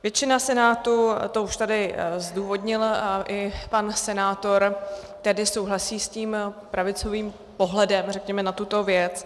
Většina Senátu, to už tady zdůvodnil i pan senátor, tedy souhlasí s tím pravicovým pohledem, řekněme, na tuto věc.